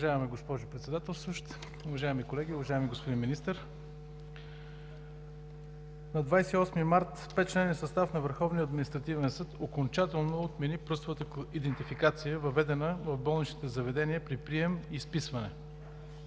Уважаеми господин Председател, уважаеми колеги! Уважаеми господин Министър, на 28 март петчленен състав на Върховния административен съд окончателно отмени пръстовата идентификация, въведена в болничните заведения при прием и изписване.